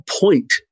point